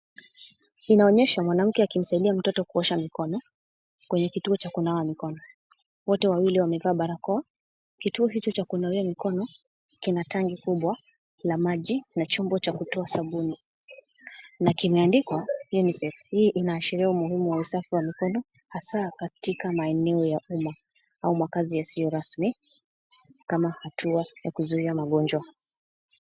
Inaonyesha mwanamke akimsaidai mtoto kuosha mikono kwenye kituo cha kunawa mikono. Wote wawili wamevaa barakoa. Kituo hicho cha kunawia mikono kina tanki kubwa la maji na chombo cha kutoa sabuni na kimeandikwa UNICEF.Hii inaashiria umuhimu wa usafi wa mikono hasa katika maeneo ya umma au makaazi yasiyo rasmi kama hatua ya kuzuia magonjwa.